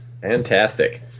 Fantastic